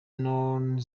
known